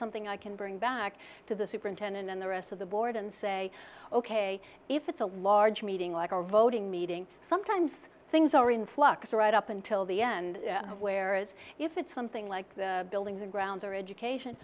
something i can bring back to the superintendent and the rest the board and say ok if it's a large meeting like our voting meeting sometimes things are in flux right up until the end whereas if it's something like the buildings and grounds or education